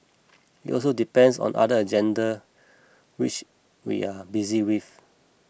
it also depends on other agenda which we are busy with